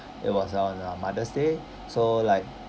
it was on uh mother's day so like